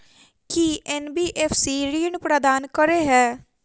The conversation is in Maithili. की एन.बी.एफ.सी ऋण प्रदान करे है?